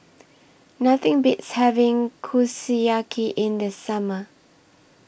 Nothing Beats having Kushiyaki in The Summer